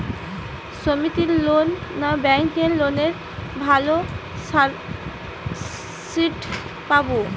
সমিতির লোন না ব্যাঙ্কের লোনে ভালো সাবসিডি পাব?